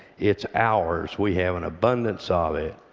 it's ours, we have an abundance ah of it.